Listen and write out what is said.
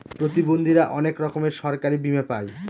প্রতিবন্ধীরা অনেক রকমের সরকারি বীমা পাই